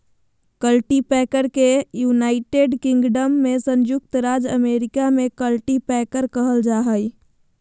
cultipacker के United Kingdom में संयुक्त राज्य अमेरिका में कल्टीपैकर कहल जा हइ